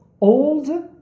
old